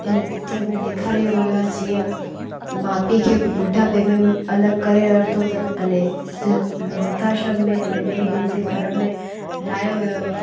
इन पिचर में ॾेखारियो वियो आहे जीअं माउ पीउ खे ॿुढापे में अलॻि करे वरितो अथनि अने वृद्ध आश्रम में अने ॿिए ॿिए जे घर में राहियो वियो आहे